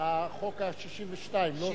החוק ה-62, לא?